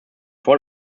vor